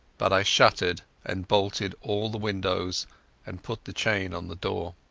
but i shuttered and bolted all the windows and put the chain on the door.